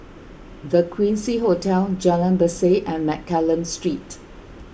the Quincy Hotel Jalan Berseh and Mccallum Street